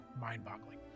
Mind-boggling